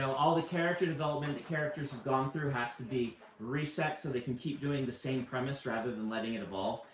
so all the character development the characters have gone through has to be reset so they can keep doing the same premise rather than letting it evolve.